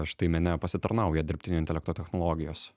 štai mene pasitarnauja dirbtinio intelekto technologijos